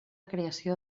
creació